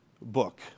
book